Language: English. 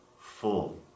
full